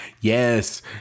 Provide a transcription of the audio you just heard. Yes